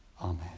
Amen